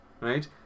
right